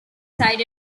cited